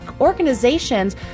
organizations